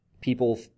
people